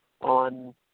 on